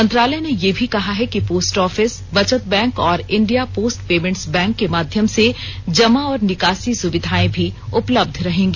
मंत्रालय ने ये कहा है कि पोस्ट ऑफिस बचत बैंक और इंडिया पोस्ट पेमेंट्स बैंक के माध्यम से जमा और निकासी सुविधाएं भी उपलब्ध रहेंगी